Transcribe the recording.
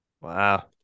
Wow